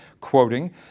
quoting